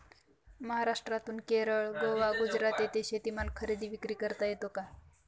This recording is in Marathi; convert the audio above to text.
महाराष्ट्रातून केरळ, गोवा, गुजरात येथे शेतीमाल खरेदी विक्री करता येतो का?